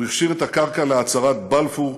הוא הכשיר את הקרקע להצהרת בלפור,